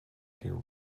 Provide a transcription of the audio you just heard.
their